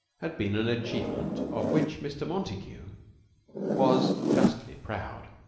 had been an achievement of which mr. montague was justly proud,